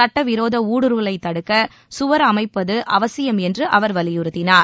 சட்ட விரோத ஊடுருவலை தடுக்க சுவர் அமைப்பது அவசியம் என்று அவர் வலியுறுத்தினார்